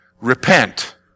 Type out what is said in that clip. Repent